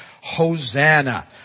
hosanna